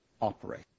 operate